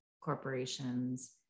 corporations